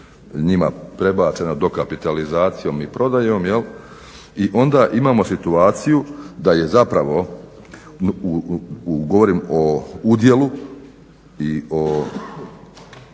lijepo prebačeno dokapitalizacijom i prodajom. I onda imamo situaciju da je zapravo govorim o udjelu i od